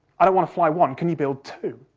i don't want to fly one, can you build two?